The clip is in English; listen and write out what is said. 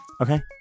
okay